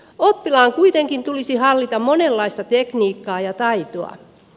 oppilaan kuitenkin tulisi hallita monenlaista tekniikkaa ja taitoa